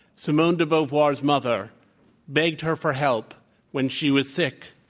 simone de beauvoir's mother begged her for help when she was sick,